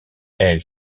elle